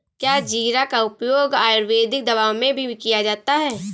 क्या जीरा का उपयोग आयुर्वेदिक दवाओं में भी किया जाता है?